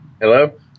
hello